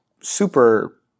super